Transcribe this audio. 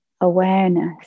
awareness